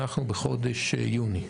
אנחנו בחודש יוני.